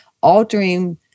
altering